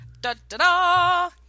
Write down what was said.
Da-da-da